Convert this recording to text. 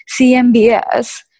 CMBS